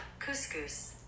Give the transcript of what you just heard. Couscous